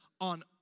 on